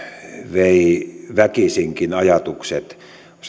vei väkisinkin ajatukset